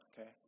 okay